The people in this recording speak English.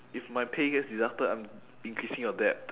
if my pay gets deducted I'm increasing your debt